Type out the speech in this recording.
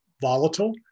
volatile